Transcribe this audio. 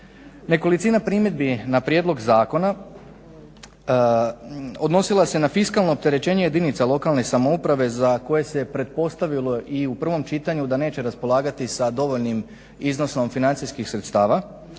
Nekolicina primjedbi na prijedlog zakona odnosila se na fiskalno opterećenje jedinica lokalne samouprave za koje se pretpostavilo i u prvom čitanju da neće raspolagati sa dovoljnim iznosom financijskih sredstava